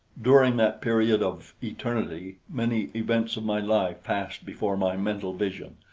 during that period of eternity many events of my life passed before my mental vision,